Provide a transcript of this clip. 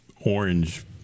orange